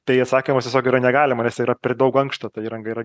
tai atsakymas tiesiog yra negalima nes tai yra per daug ankšta ta įranga yra